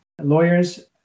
lawyers